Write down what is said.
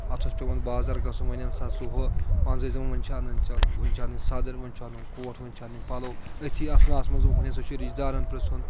اَتھ اوس پؠوان بازر گژھُن وۄنۍ اَن سا ژٕ ہُہ منٛزٕ ٲسۍ دَپان ۄونۍ چھُ اَنٕنۍ وۄنۍ چھِ اَنٕنۍ سَدٕر ۄونۍ چھُ اَنُن کوٹھ ۄونۍ چھِ اَنٕنۍ پَلو أتھی آسنَس منٛز وٕنہِ سُہ چھُ رِشتہٕ دارَن پرٕٛژُھن